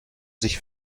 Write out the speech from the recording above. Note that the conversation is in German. sich